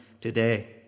today